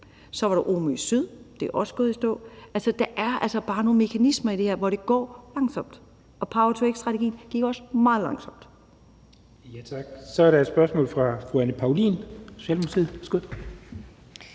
Så var der Omø Syd, og det er også gået i stå. Der er altså bare nogle mekanismer i det her, hvor det går langsomt, og power-to-x-strategien gik også meget langsomt. Kl. 12:55 Den fg. formand (Jens Henrik Thulesen Dahl): Tak. Så er der et spørgsmål fra fru Anne Paulin, Socialdemokratiet.